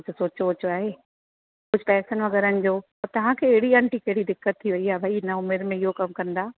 कुझु सोचो वोचो आहे कुझु पैसनि वग़ैरहनि जो त तव्हांखे अहिड़ी आंटी कहिड़ी दिक़त थी वई आहे भई हिन उमिरि में इहो कमु कंदा